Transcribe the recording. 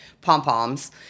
pom-poms